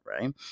right